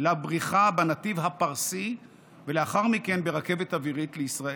לבריחה בנתיב הפרסי ולאחר מכן ברכבת אווירית לישראל.